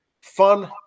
fun